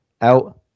Out